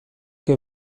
che